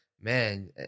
Man